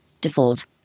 Default